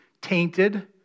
tainted